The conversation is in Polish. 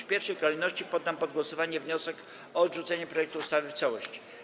W pierwszej kolejności poddam pod głosowanie wniosek o odrzucenie projektu ustawy w całości.